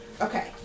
Okay